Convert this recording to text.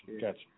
gotcha